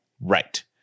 right